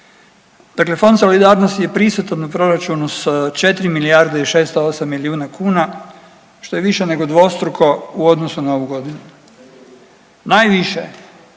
dakle Fond solidarnosti je prisutan u proračunu s 4 milijarde i 608 milijuna kuna što je više nego dvostruko u odnosu na ovu godinu. Najviše,